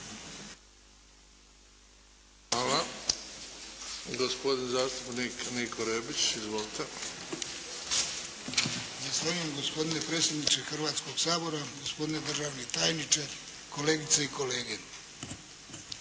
Hvala. Gospodin zastupnik Niko Rebić. Izvolite. **Rebić, Niko (HDZ)** Zahvaljujem gospodine predsjedniče, Hrvatskoga sabora, gospodine državni tajniče, kolegice i kolege.